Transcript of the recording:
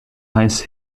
heiß